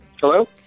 Hello